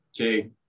Okay